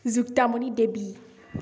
Juktamoni Devi